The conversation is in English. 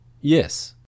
Yes